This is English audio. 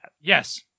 Yes